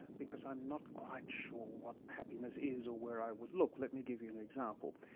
because i'm not quite sure what happiness is, or where i would look. let me give you an example.